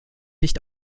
nicht